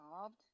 solved